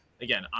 again